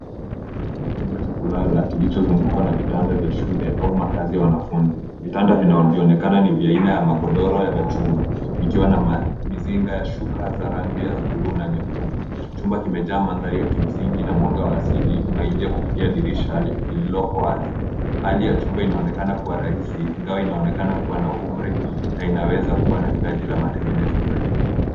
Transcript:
Hapa naona chumba cha kulala kilichozungukwa na vitanda vya shule au makazi ya wanafunzi. Vitanda vinavyoonekana ni vya aina ya magodoro ya machuma vikiwa na mizinga ya shuka za rangi ya buluu na nyekundu. Chumba kimejaa mandhari ya msingi na mwanga wa asili unaingia kupitia dirisha lililoko wazi. Hali ya chumba inaonekana kuwa rahisi ingawa inaonekana kuwa na umri na inaweza kuwa na hitaji la matengenezo zaidi.